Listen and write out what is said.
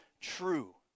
true